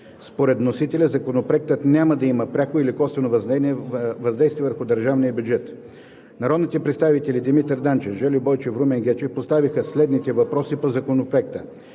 Според вносителя Законопроектът няма да има пряко или косвено въздействие върху държавния бюджет. Народните представители Димитър Данчев, Жельо Бойчев и Румен Гечев поставиха следните въпроси по Законопроекта: